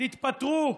תתפטרו,